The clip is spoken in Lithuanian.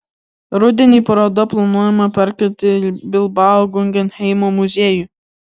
rudenį parodą planuojama perkelti į bilbao guggenheimo muziejų